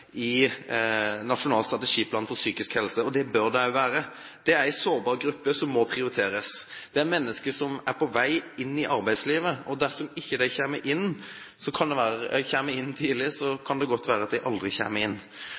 i Nasjonal strategiplan for arbeid og psykisk helse. Det bør det også være. Dette er en sårbar gruppe som må prioriteres. Det er mennesker som er på vei inn i arbeidslivet, og dersom de ikke kommer inn tidlig, kan det godt være at de aldri kommer inn. De må få hjelpen når de